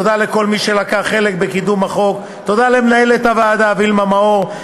תודה לכל מי שלקח חלק בקידום החוק: תודה למנהלת הוועדה וילמה מאור,